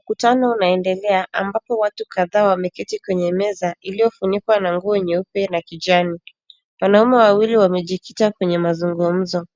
Mkutano unaendelea ambapo watu kadhaa wameketi kwenye meza iliyofunkiwa na nguo nyeupe na kijani .Wanaume wawili wamejikita kwenye mazungumzo,